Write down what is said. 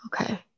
Okay